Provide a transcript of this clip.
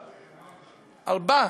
ארבע.